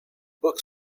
book